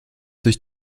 durch